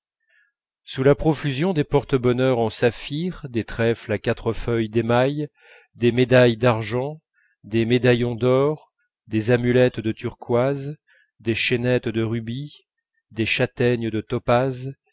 sous la profusion des porte-bonheur en saphir des trèfles à quatre feuilles d'émail des médailles d'argent des médaillons d'or des amulettes de turquoise des chaînettes de rubis des châtaignes de topaze